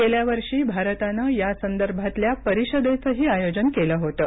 गेल्या वर्षी भारतानं यासंदर्भातल्या परिषदेचंही आयोजन केलं होतं